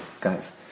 guys